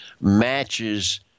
matches